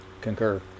Concur